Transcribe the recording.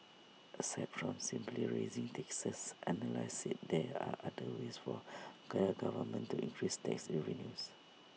aside from simply raising taxes analysts said there are other ways for government to increase tax revenues